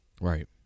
right